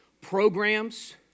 Programs